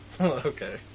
Okay